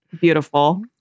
Beautiful